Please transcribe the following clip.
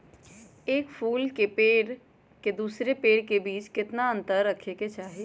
एक फुल के पेड़ के दूसरे पेड़ के बीज केतना अंतर रखके चाहि?